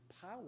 power